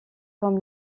comme